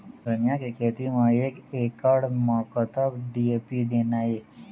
धनिया के खेती म एक एकड़ म कतक डी.ए.पी देना ये?